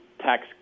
tax